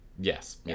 Yes